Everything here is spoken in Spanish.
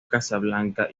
casablanca